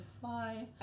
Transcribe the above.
fly